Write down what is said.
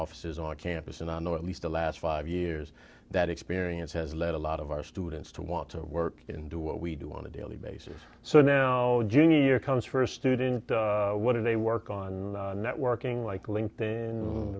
offices on campus and i know at least the last five years that experience has led a lot of our students to want to work and do what we do want to daily basis so now junior comes first student what do they work on networking like linked in